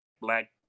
black